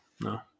No